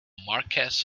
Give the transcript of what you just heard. marquess